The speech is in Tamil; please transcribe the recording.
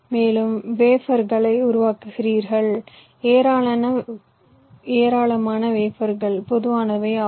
மேலும் வேப்பர்களை உருவாக்கலாம் ஏராளமான வேப்பர்கள் பொதுவானவை ஆகும்